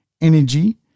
energy